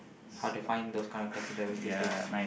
hard to find those kind of taxi drivers these days